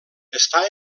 està